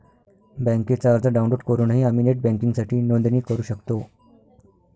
बँकेचा अर्ज डाउनलोड करूनही आम्ही नेट बँकिंगसाठी नोंदणी करू शकतो